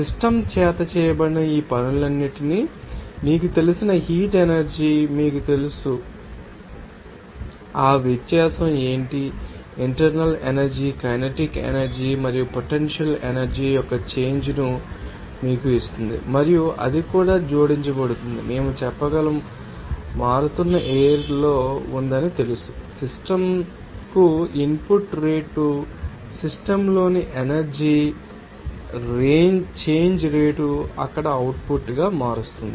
system చేత చేయబడిన ఈ పనులన్నింటినీ మీకు తెలిసిన హీట్ ఎనర్జీ మీకు తెలుసని మీకు తెలుసు ఆ వ్యత్యాసం ఏమిటంటే ఇంటర్నల్ ఎనర్జీ కైనెటిక్ ఎనర్జీ మరియు పొటెన్షియల్ ఎనర్జీ యొక్క చేంజ్ ను మీకు ఇస్తుంది మరియు అది కూడా జోడించబడుతుందని మేము చెప్పగలం మారుతున్న ఎయిర్ ఉందని మీకు తెలుసు సిస్టమ్కు ఇన్పుట్ రేట్ సిస్టమ్లోని ఎనర్జీ చేంజ్ రేటును అక్కడ అవుట్పుట్గా మారుస్తుంది